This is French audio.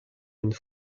une